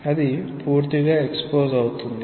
అది పూర్తిగా ఎక్స్పొస్ అవుతుంది